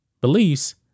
Beliefs